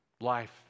life